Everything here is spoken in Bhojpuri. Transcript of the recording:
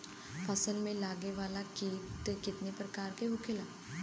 फसल में लगे वाला कीट कितने प्रकार के होखेला?